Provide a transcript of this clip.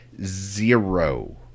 zero